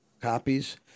copies